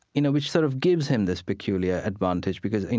you know, which sort of gives him this peculiar advantage. because, you